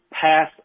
pass